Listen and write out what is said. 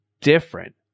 different